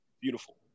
beautiful